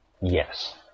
Yes